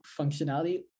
functionality